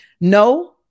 no